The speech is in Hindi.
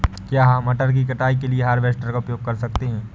क्या मटर की कटाई के लिए हार्वेस्टर का उपयोग कर सकते हैं?